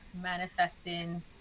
Manifesting